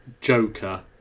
Joker